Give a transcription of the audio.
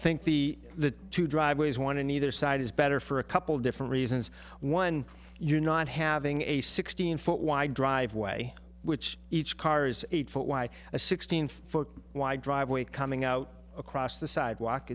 think the the two driveways want to neither side is better for a couple different reasons one you're not having a sixteen foot wide driveway which each car's eight foot wide a sixteen foot wide driveway coming out across the sidewalk